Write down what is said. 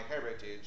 heritage